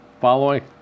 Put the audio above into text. following